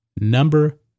Number